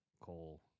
coal